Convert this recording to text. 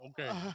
okay